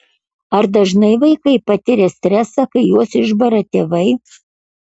ar dažnai vaikai patiria stresą kai juos išbara tėvai